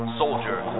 soldier